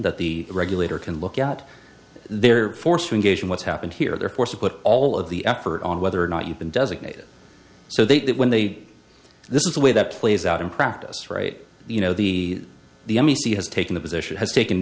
that the regulator can look out they're forced to engage in what's happened here they're forced put all of the effort on whether or not you've been designated so that when they this is the way that plays out in practice right you know the the m d c has taken the position has taken